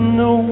no